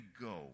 go